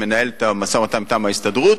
שמנהל את המשא-ומתן מטעם ההסתדרות,